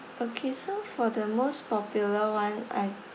okay so for the most popular one I